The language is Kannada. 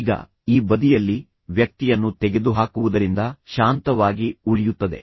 ಈಗ ಈ ಬದಿಯಲ್ಲಿ ವ್ಯಕ್ತಿಯನ್ನು ತೆಗೆದುಹಾಕುವುದರಿಂದ ಶಾಂತವಾಗಿ ಉಳಿಯುತ್ತದೆ